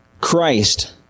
Christ